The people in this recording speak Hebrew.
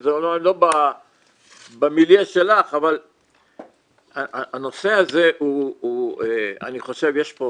זה לא במיליה שלך, אבל הנושא הזה, אני חושב שיש פה